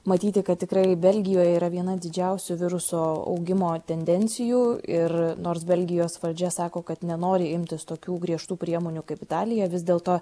matyti kad tikrai belgijoje yra viena didžiausių viruso augimo tendencijų ir nors belgijos valdžia sako kad nenori imtis tokių griežtų priemonių kaip italija vis dėlto